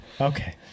Okay